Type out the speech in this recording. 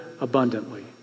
abundantly